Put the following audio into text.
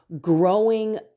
growing